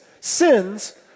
Sins